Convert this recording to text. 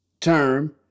term